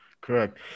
correct